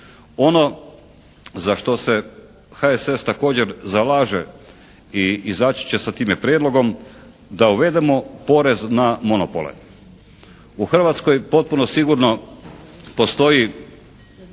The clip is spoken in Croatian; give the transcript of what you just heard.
Ono za što se HSS također zalaže i izaći će sa time prijedlogom da uvedemo porez na monopole. U Hrvatskoj potpuno sigurno postoji